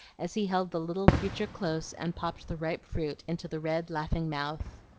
as he held the little creature close, and popped the ripe fruit into the red, laughing mouth.